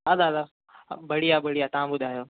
हा दादा बढ़िया बढ़िया तव्हां ॿुधायो